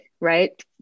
right